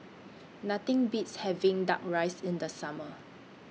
Nothing Beats having Duck Rice in The Summer